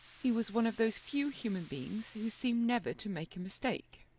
he was one of those few human beings who seem never to make a mistake.